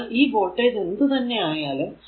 അതിനാൽ ഈ വോൾടേജ് എന്ത് തന്നെ ആയാലും